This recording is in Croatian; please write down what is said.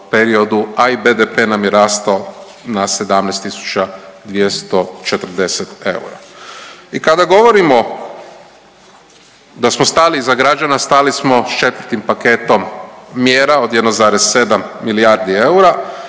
periodu, a i BDP nam je rasto na 17.240 eura. I kada govorimo da smo stali iza građana stali smo s 4. paketom mjera od 1,7 milijardi eura,